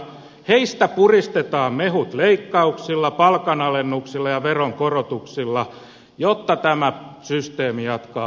heistä puristetaan mehut leikkauksilla palkanalennuksilla ja veronkorotuksilla jotta tämä systeemi jatkaisi pyörimistään